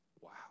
wow